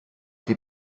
die